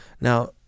Now